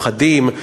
פחדים,